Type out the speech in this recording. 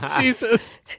Jesus